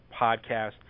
podcast